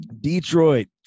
Detroit